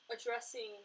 addressing